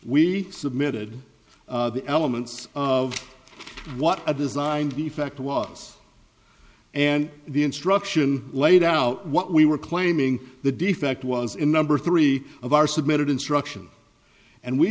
we submitted the elements of what a design defect was and the instruction laid out what we were claiming the defect was in number three of our submitted instruction and we